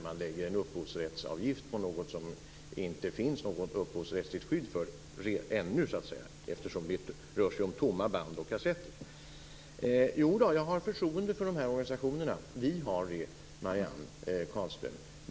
Man lägger en upphovsrättsavgift på något som det ännu inte finns något upphovsrättsligt skydd för eftersom det ju rör sig om tomma band och kassetter. Jodå, vi har förtroende för organisationerna, Marianne Carlström.